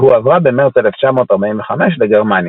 היא הועברה במרץ 1945 לגרמניה.